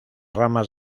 ramas